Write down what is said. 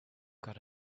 got